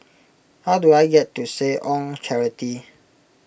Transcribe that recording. how do I get to Seh Ong Charity